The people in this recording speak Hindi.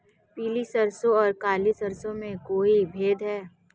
पीली सरसों और काली सरसों में कोई भेद है?